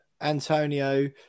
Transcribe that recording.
Antonio